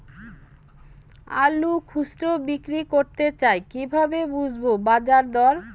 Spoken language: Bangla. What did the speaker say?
আলু খুচরো বিক্রি করতে চাই কিভাবে বুঝবো বাজার দর?